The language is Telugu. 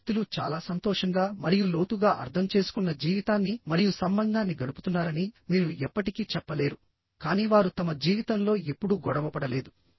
ఈ వ్యక్తులు చాలా సంతోషంగా మరియు లోతుగా అర్థం చేసుకున్న జీవితాన్ని మరియు సంబంధాన్ని గడుపుతున్నారని మీరు ఎప్పటికీ చెప్పలేరు కానీ వారు తమ జీవితంలో ఎప్పుడూ గొడవపడలేదు